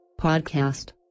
podcast